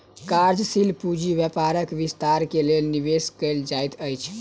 कार्यशील पूंजी व्यापारक विस्तार के लेल निवेश कयल जाइत अछि